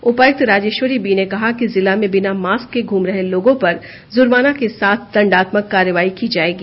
उपायुक्त राजेश्वरी बी ने कहा है कि जिला में बिना मास्क के घूम रहे लोगों पर जुर्माना के साथ दण्डात्मक कार्रवाई की जाएगी